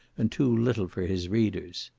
and too little for his readers.